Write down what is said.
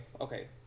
okay